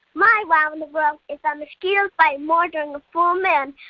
my wow in the world is that mosquitoes bite more during a full moon.